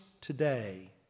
today